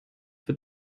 wird